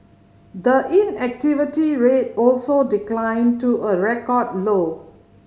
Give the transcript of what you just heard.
the inactivity rate also declined to a record low